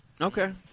Okay